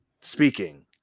speaking